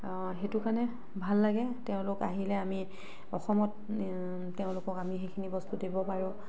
সেইটো কাৰণে ভাল লাগে তেওঁলোক আহিলে আমি অসমত তেওঁলোকক আমি সেইখিনি বস্তু দিব পাৰোঁ